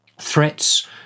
threats